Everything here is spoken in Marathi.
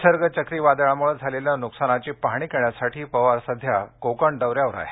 निसर्ग चक्रीवादळामुळे झालेल्या नुकसानीची पाहणी करण्यासाठी पवार सध्या कोकण दौऱ्यावर आहेत